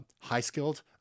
high-skilled